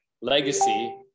legacy